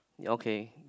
okay